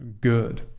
good